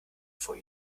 vor